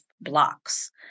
blocks